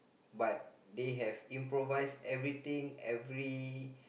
but they have improvised everything every